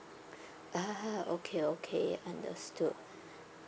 ah okay okay understood